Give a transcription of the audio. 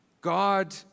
God